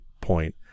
point